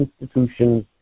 institutions